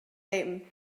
ddim